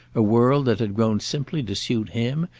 a world that had grown simply to suit him,